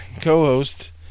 co-host